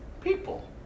people